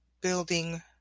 building